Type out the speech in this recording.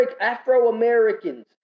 Afro-Americans